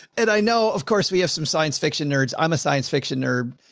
and i know of course we have some science fiction nerds. i'm a science fiction, nerd,